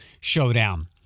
showdown